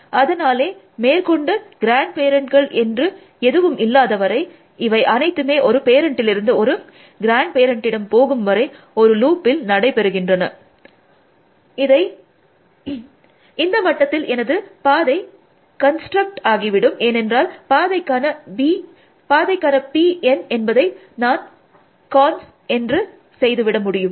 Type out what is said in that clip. அதனாலே மேற்கொண்டு கிராண்ட் பேரண்ட்கள் என்று எதுவும் இல்லாத வரை இவை அனைத்துமே ஒரு பேரண்ட்டிலிருந்து ஒரு கிராண்ட்பேரண்டிடம் போகும்வரை ஒரு லூப்பில் நடைபெறுகின்றன இந்த மட்டத்தில் எனது பாதை கான்ஸ்ட்ரக்ட் ஆகிவிடும் ஏனென்றால் பாதைக்கான பி என் என்பதை நான் கான்ஸ் என்று செய்து விட முடியும்